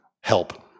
help